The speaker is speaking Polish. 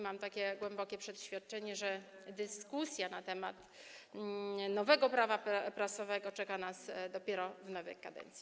Mam takie głębokie przeświadczenie, że dyskusja na temat nowego Prawa prasowego czeka nas dopiero w nowej kadencji.